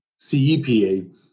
CEPA